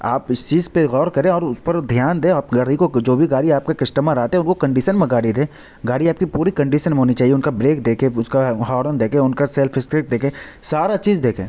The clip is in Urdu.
آپ اِس چیز پہ غور کریں اور اُس پر دھیان دیں آپ گاڑی کو جو بھی گاڑی آپ کے کسٹمر آتے ہیں وہ کنڈیشن میں گاڑی دیں گاڑی آپ کی پوری کنڈیشن میں ہونی چاہیے اُن کا بریک دیکھیں اُس کا ہارن دیکھیں اُن کا سیلف اسپیڈ دیکھیں سارا چیز دیکھیں